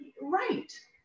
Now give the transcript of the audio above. Right